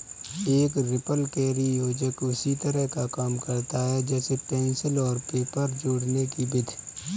एक रिपलकैरी योजक उसी तरह काम करता है जैसे पेंसिल और पेपर जोड़ने कि विधि